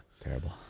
terrible